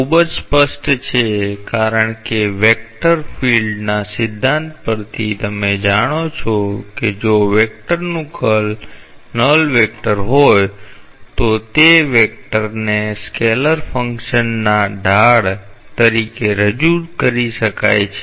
આ ખૂબ જ સ્પષ્ટ છે કારણ કે વેક્ટર ફિલ્ડના સિદ્ધાંત પરથી તમે જાણો છો કે જો વેક્ટરનું કર્લ નલ વેક્ટર હોય તો તે વેક્ટરને સ્કેલર ફંક્શનના ઢાળ તરીકે રજૂ કરી શકાય છે